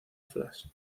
flash